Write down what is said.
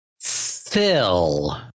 phil